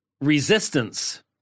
resistance